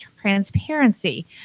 transparency